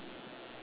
ya